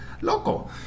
Loco